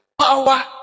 Power